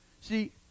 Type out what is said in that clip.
See